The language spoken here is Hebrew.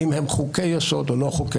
אם הם חוקי-יסוד או לא חוקי-יסוד,